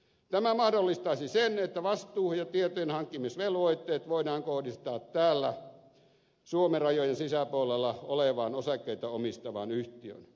tämä mahdollistaisi sen että vastuu ja tietojenhankkimisvelvoitteet voidaan kohdistaa täällä suomen rajojen sisäpuolella olevaan osakkeita omistavaan yhtiöön